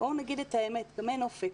בואו נגיד את האמת גם אין אופק.